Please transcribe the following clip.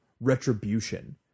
retribution